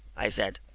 i said,